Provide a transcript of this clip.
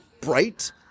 bright